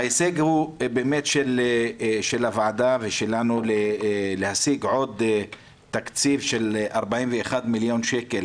ההישג הוא באמת של הוועדה ושלנו להשיג עוד תקציב של 41 מיליון שקל,